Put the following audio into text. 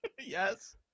Yes